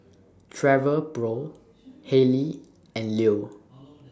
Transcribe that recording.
Travelpro Haylee and Leo